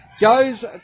goes